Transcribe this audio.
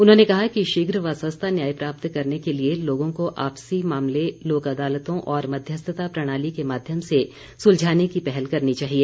उन्होंने कहा कि शीघ्र व सस्ता न्याय प्राप्त करने के लिए लोगों को आपसी मामले लोक अदालतों और मध्यस्थता प्रणाली के माध्यम से सुलझाने की पहल करनी चाहिए